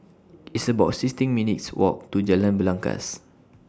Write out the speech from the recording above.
It's about sixteen minutes' Walk to Jalan Belangkas